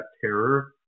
terror